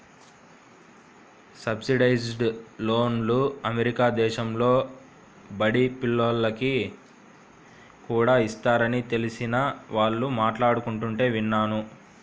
subsidised లోన్లు America దేశంలో బడి పిల్లోనికి కూడా ఇస్తారని తెలిసిన వాళ్ళు మాట్లాడుకుంటుంటే విన్నాను